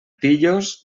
pillos